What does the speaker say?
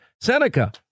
Seneca